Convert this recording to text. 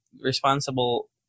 responsible